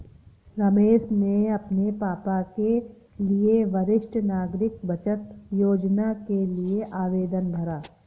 रमेश ने अपने पापा के लिए वरिष्ठ नागरिक बचत योजना के लिए आवेदन भरा